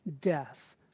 death